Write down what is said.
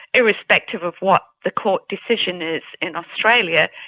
irrespective of what the court decision is in australia,